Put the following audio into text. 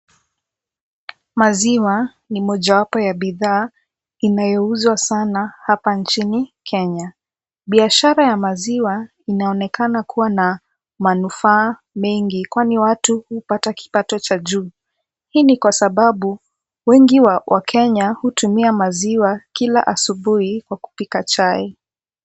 Maziwa ni mojawapo ya bidhaa inayouzwa sana hapa nchini Kenya. Biashara ya maziwa inaonekana kuwa na manufaa mengi kwani watu hupata kipato cha juu. Hii ni kwa sababu wengi wa wakenya hutumia maziwa kila asubuhi kwa kupika chai.